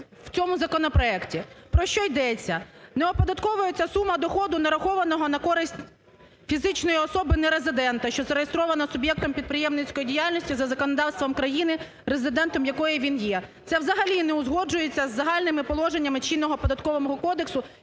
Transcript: в цьому законопроекті. Про що йдеться. Не оподатковується сума доходу, нарахованого на користь фізичної особи - нерезидента, що зареєстровано суб'єктом підприємницької діяльності за законодавством країни, резидентом якої він є. Це взагалі не узгоджується із загальними положеннями чинного Податкового кодексу,